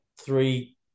three